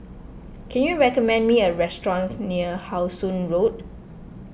can you recommend me a restaurant near How Sun Road